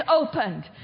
opened